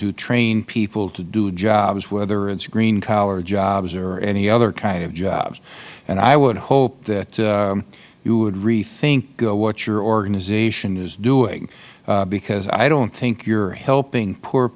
to train people to do jobs whether it is green collar jobs or any other kind of jobs and i would hope that you would rethink what your organization is doing because i don't think you are helping poor